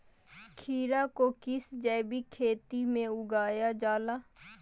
खीरा को किस जैविक खेती में उगाई जाला?